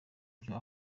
ibyo